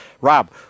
Rob